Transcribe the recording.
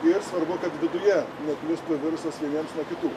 ir svarbu kad viduje neplistų virusas vieniems nuo kitų